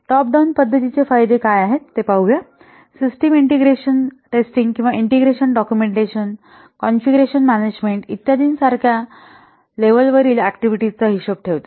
top down पध्दतीचे फायदे काय आहेत ते पाहू या सिस्टम इंटीग्रेसन टेस्टिंग किंवा इंटिग्रेशन डॉक्युमेंटेशन कॉन्फिगरेशन मॅनेजमेंट इत्यादी सारख्या स्तरावरील ऍक्टिव्हिटीज चा हिशेब ठेवते